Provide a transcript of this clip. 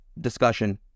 discussion